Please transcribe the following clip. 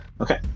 Okay